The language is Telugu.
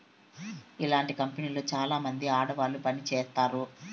ఇలాంటి కంపెనీలో చాలామంది ఆడవాళ్లు పని చేత్తారు